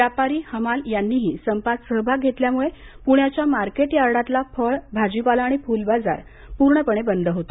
व्यापारी हमाल यांनीही संपात सहभाग घेतल्यामुळे पुण्याच्या मार्केटयार्डातला फळ भाजीपाला आणि फुलबाजार पूर्ण बंद होता